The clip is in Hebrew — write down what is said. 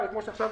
אבל כמו שעכשיו